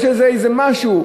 יש לזה איזה משהו,